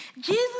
Jesus